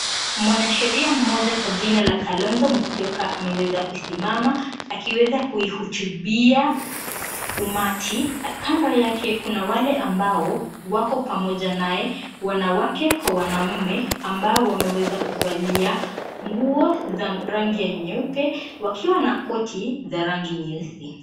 Mwanasheria mmoja kwa jina Kalonzo Musyoka ameweza kusimama kwa ajili yakuweza kuihutubia umati. Kando yake kuna wale ambao wako pamoja nae wanawake kwa wanaume ambao wameweza kuvalia nguo za rangi nyeupe wakiwa na koti nyeusi.